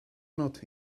not